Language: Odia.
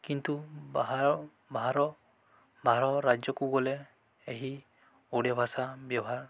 କିନ୍ତୁ ବାହାର ରାଜ୍ୟକୁ ଗଲେ ଏହି ଓଡ଼ିଆ ଭାଷା ବ୍ୟବହାର